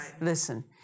Listen